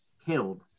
killed